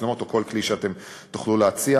מצלמות או כל כלי שתוכלו להציע.